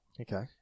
Okay